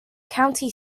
county